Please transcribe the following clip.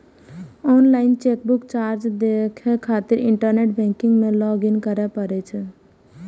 online chequebook charge देखै खातिर internet banking मे लॉग इन करै पड़ै छै